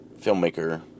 filmmaker